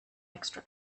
extra